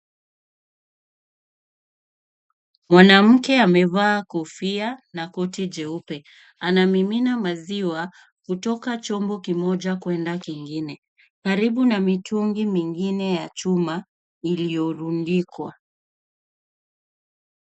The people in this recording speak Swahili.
Mwanamke amevaa kofia na koti jeupe. Anamimina maziwa kutoka chombo kimoja kwenda kingine karibu na mitungi mingine ya chuma iliyorundikwa.